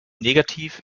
negativ